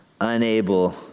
unable